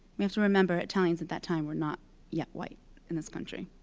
we have to remember italians at that time we're not yet white in this country.